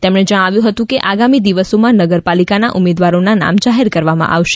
તેમણે જણાવ્યુ હતું કે આગામી દિવસોમાં નગરપાલિકાના ઉમેદવારોના નામ જાહેર કરવામાં આવશે